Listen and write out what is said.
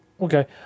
Okay